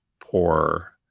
poor